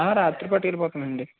రాత్రి పట్టుకెళ్లిపోతానండి